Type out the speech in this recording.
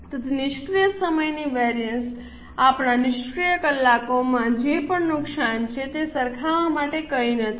તેથી નિષ્ક્રિય સમયની વેરિએન્સ આપણા નિષ્ક્રિય કલાકોમાં જે પણ નુકસાન છે તે સરખાવવા માટે કંઈ નથી